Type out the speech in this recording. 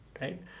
right